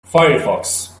firefox